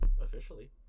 officially